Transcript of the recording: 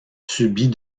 subit